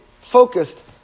focused